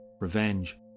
revenge